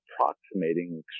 approximating